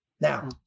Now